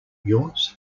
yours